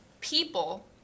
people